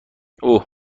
اوه